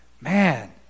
man